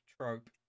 trope